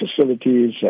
facilities